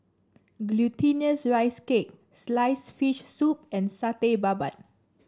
Glutinous Rice Cake sliced fish soup and Satay Babat